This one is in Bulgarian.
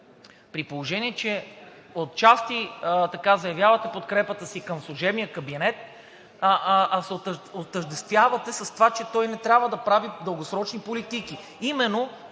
при положение че отчасти заявявате подкрепата си към служебния кабинет, а се отъждествявате с това, че той не трябва да прави дългосрочни политики.